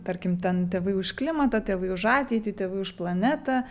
tarkim ten tėvai už klimatą tėvai už ateitį tėvai už planetą